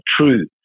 true